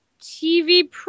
TV